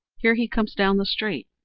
here he comes down the street!